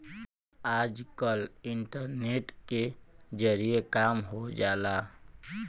आजकल इन्टरनेट के जरिए काम हो जाला